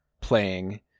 playing